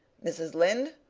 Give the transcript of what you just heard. mrs. lynde,